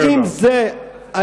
ואם תתחיל לתת גם לזה וגם לזה וגם לזה,